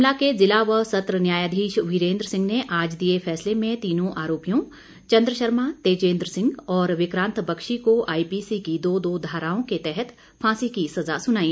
शिमला के जिला व सत्र न्यायाधीश वीरेन्द्र सिंह ने आज दिए फैसले में तीनों आरोपियों चंद्र शर्मा तेजेन्द्र सिंह और विक्रांत बख्शी को आईपीसी की दो दो धाराओं के तहत फांसी की सजा सुनाई